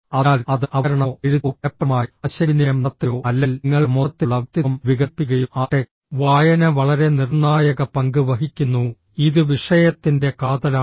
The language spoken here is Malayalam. അതിനാൽ അത് അവതരണമോ എഴുത്തോ ഫലപ്രദമായി ആശയവിനിമയം നടത്തുകയോ അല്ലെങ്കിൽ നിങ്ങളുടെ മൊത്തത്തിലുള്ള വ്യക്തിത്വം വികസിപ്പിക്കുകയോ ആകട്ടെ വായന വളരെ നിർണായക പങ്ക് വഹിക്കുന്നു ഇത് വിഷയത്തിന്റെ കാതലാണ്